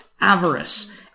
avarice